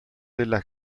della